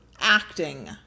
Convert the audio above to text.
acting